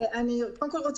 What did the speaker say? קודם כל,